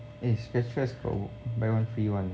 eh scratch scratch got buy one free one leh